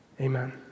Amen